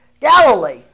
Galilee